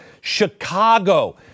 Chicago